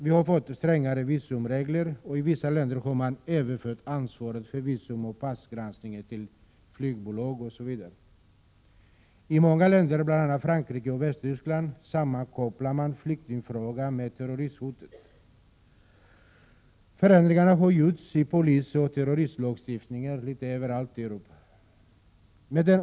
Vi har fått strängare visumregler, och i vissa länder har man överfört ansvaret för visumoch passgranskningen till flygbolag osv. I många länder, bl.a. Frankrike och Västtyskland, sammankopplar man flyktingfrågan med terroristhotet. Förändringar har gjorts i polisoch terroristlagstiftningen litet varstans i Europa.